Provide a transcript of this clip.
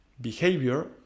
behavior